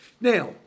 Now